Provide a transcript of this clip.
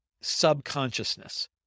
subconsciousness